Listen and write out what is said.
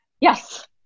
yes